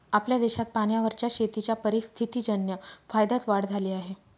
आपल्या देशात पाण्यावरच्या शेतीच्या परिस्थितीजन्य फायद्यात वाढ झाली आहे